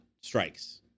strikes